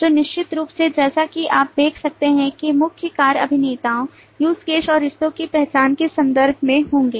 तो निश्चित रूप से जैसा कि आप देख सकते हैं कि मुख्य कार्य अभिनेताओं use case और रिश्तों की पहचान के संदर्भ में होंगे